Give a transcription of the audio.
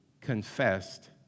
confessed